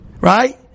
Right